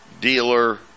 dealer